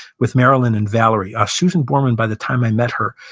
with marilyn and valerie. ah susan borman, by the time i met her,